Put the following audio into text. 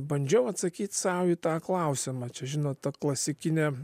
bandžiau atsakyt sau į tą klausimą čia žinot ta klasikinė